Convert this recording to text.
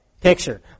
Picture